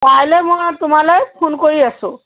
কাইলৈ মই তোমালৈ ফোন কৰি আছোঁ